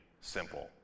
simple